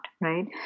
right